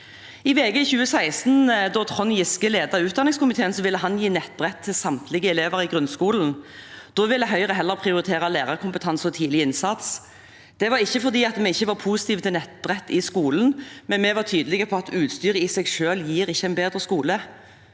VG i 2016 ville Trond Giske, da han ledet utdanningskomiteen, gi nettbrett til samtlige elever i grunnskolen. Da ville Høyre heller prioritere lærerkompetanse og tidlig innsats. Det var ikke fordi vi ikke var positive til nettbrett i skolen, men vi var tydelige på at utstyret i seg selv ikke gir en bedre skole.